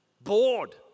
bored